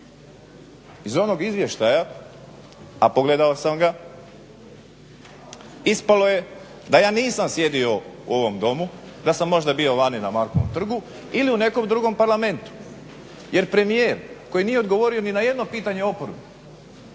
Iz onog izvještaja a pogledao sam ga ispalo je da ja nisam sjedio u ovome Domu, da sam možda bio vani na Markovom trgu ili u nekom drugom parlamentu jer premijer koji nije odgovorio ni na jedno pitanje oporbe